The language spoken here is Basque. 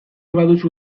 baduzu